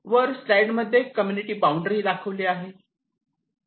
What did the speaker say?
वर स्लाईड मध्ये community boundary दाखविली आहे